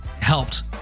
helped